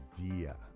idea